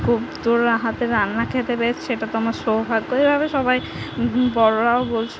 খুব তোর হাতের রান্না খেতে পেয়েছি এটা তো আমার সৌভাগ্য এভাবে সবাই বড়োরাও বলছিলো